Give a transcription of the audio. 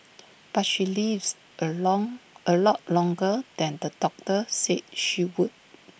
but she lives A long A lot longer than the doctor said she would